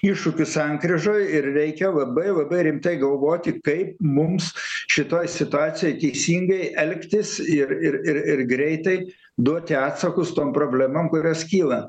iššūkių sankryžoj ir reikia labai labai rimtai galvoti kaip mums šitoj situacijoj teisingai elgtis ir ir ir ir greitai duoti atsakus tom problemom kurios kyla